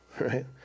right